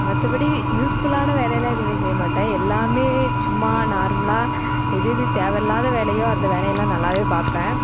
மற்றபடி யூஸ்ஃபுல்லான வேலையெல்லாம் எதுவுமே செய்ய மாட்டேன் எல்லாமே சும்மா நார்மலாக எது எது தேவையில்லாத வேலையோ அந்த வேலையெல்லாம் நல்லாவே பார்ப்பேன்